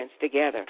together